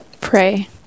Pray